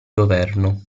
governo